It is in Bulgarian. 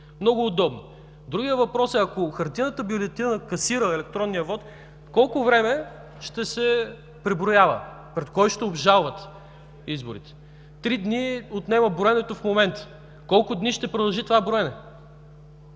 Много е удобно. Другият въпрос е, ако хартиената бюлетина касира електронния вот, колко време ще се преброява, пред кого ще обжалвате изборите? Три дни отнема броенето в момента. Колко дни ще продължи това броене?